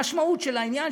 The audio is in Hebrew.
המשמעות של העניין,